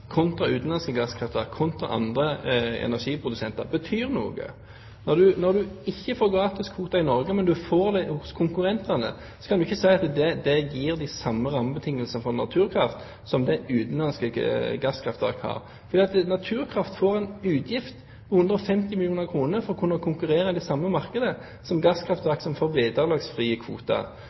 kontra utenlandske gasskraftverk – kontra andre energiprodusenter – betyr noe. Når en ikke får gratiskvoter i Norge, men en får det hos konkurrentene, kan en ikke si at det gir de samme rammebetingelsene for Naturkraft som det utenlandske gasskraftverk har, for Naturkraft får en utgift på 150 mill. kr for å kunne konkurrere i det samme markedet som gasskraftverk som får vederlagsfrie kvoter.